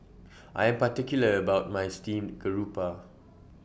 I Am particular about My Steamed Garoupa